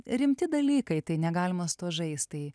rimti dalykai tai negalima su tuo žaist tai